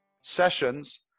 sessions